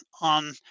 on